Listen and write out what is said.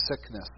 sickness